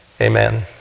Amen